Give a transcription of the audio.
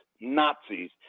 Nazis